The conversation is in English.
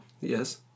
Yes